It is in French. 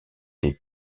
des